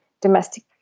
domestic